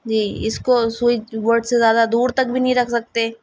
جی اس کو switchboard سے زیادہ دور تک بھی نہیں رکھ سکتے